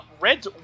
Red